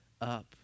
up